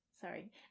Sorry